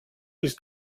ist